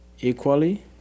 equally